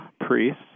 priests